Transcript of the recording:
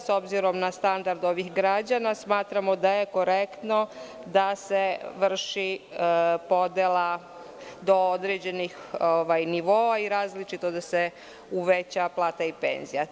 S obzirom na standard ovih građana, smatramo da je korektno da se vrši podela do određenih nivoa i različito da se uveća plata i penzija.